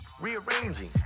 rearranging